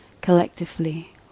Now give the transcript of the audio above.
Collectively